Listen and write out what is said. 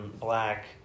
black